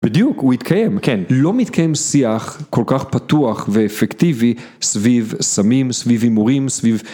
בדיוק, הוא התקיים, כן, לא מתקיים שיח כל כך פתוח ואפקטיבי סביב סמים, סביב הימורים, סביב...